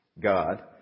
God